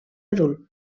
adult